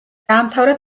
დაამთავრა